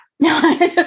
No